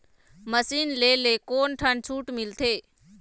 Machine ले ले कोन ठन छूट मिलथे?